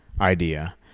idea